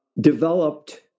developed